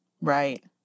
right